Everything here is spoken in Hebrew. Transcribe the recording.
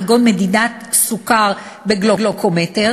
כגון מדידת סוכר בגלוקומטר,